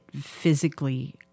physically